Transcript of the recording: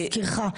להזכירך.